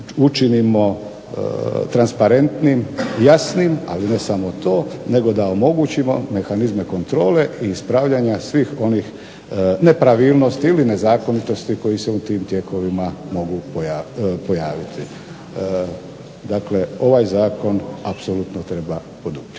učinimo transparentnim, jasnim, ali ne samo to nego da omogućimo mehanizme kontrole i ispravljanja svih onih nepravilnosti ili nezakonitosti koje se u tim tijekovima mogu pojaviti. Dakle, ovaj zakon apsolutno treba poduprijeti.